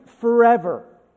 forever